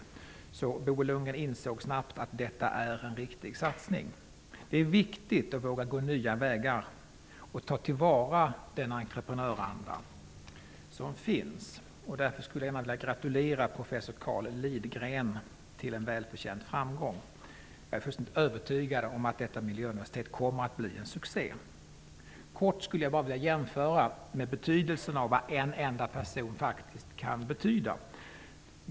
Boel Flodgren insåg snabbt att detta var en riktig satsning. Det är viktigt att våga gå nya vägar och ta till vara den entreprenöranda som finns. Därför skulle jag gärna vilja gratulera professor Karl Lidgren till en välförtjänt framgång. Jag är fullständigt övertygad om att detta miljöuniversitet kommer att bli en succé. Jag skulle kort vilja visa på vad en enda person faktiskt kan betyda.